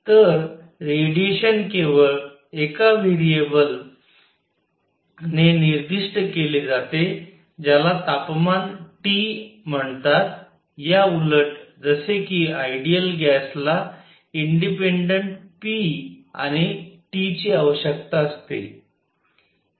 तर रेडिएशन केवळ एका व्हेरिएबल ने निर्दिष्ट केले जाते ज्याला तापमान T म्हणतात या उलट जसे कि आयडियल गॅस ला इंडिपेन्डन्ट p आणि T ची आवश्यक असते